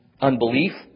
unbelief